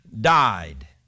died